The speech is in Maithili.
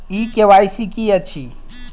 ई के.वाई.सी की अछि?